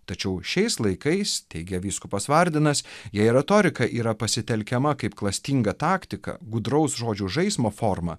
tačiau šiais laikais teigia vyskupas vardenas jei retorika yra pasitelkiama kaip klastinga taktika gudraus žodžių žaismo forma